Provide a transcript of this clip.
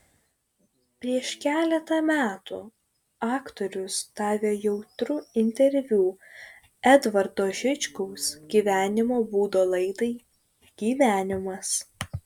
prieš keletą metų aktorius davė jautrų interviu edvardo žičkaus gyvenimo būdo laidai gyvenimas